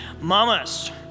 Mamas